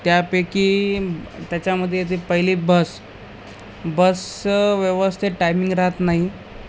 त्यापैकी त्याच्यामध्ये येते पहिली बस बस व्यवस्थित टायमिंग राहत नाही